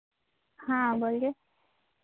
हाँ बोलिए